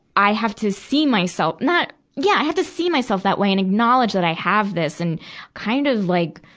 i have to see myself not, yeah, i have to see myself that way and acknowledge that i have this and kind of like,